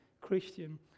Christian